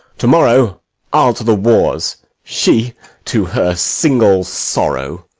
to-morrow i'll to the wars, she to her single sorrow.